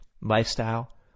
lifestyle